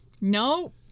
No